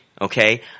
okay